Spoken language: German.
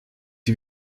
die